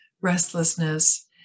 restlessness